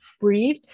breathe